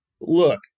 look